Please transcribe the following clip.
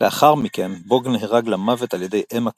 לאחר מכן בוג נורה למוות על ידי אמה קאלן,